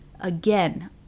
again